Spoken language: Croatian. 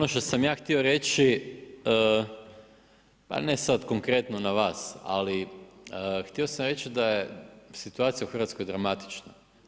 Ono što sam ja htio reći pa ne sada konkretno na vas, ali htio sam reći da je situacija u Hrvatskoj dramatična.